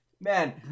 man